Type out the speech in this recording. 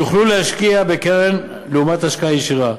יוכלו להשקיע בקרן לעומת השקעה ישירה.